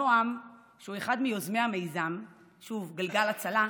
נועם, שהוא אחד מיוזמי המיזם גלגל הצלה,